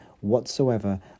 whatsoever